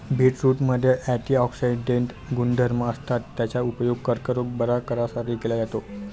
बीटरूटमध्ये अँटिऑक्सिडेंट गुणधर्म असतात, याचा उपयोग कर्करोग बरा करण्यासाठी केला जातो